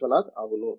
విశ్వనాథన్ అవును